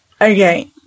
Okay